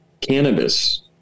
cannabis